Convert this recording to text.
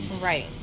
Right